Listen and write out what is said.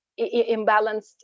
imbalanced